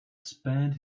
spared